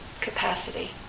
capacity